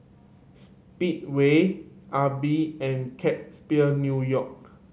Speedway Aibi and Kate Spade New York